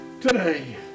today